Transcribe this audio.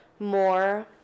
more